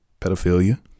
pedophilia